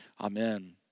Amen